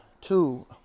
two